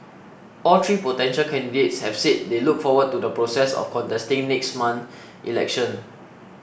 all three potential candidates have said they look forward to the process of contesting next month's election